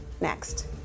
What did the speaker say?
Next